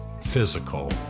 physical